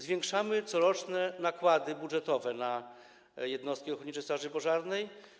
Zwiększamy coroczne nakłady budżetowe na jednostki ochotniczej straży pożarnej.